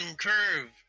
curve